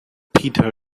peter